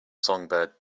songbird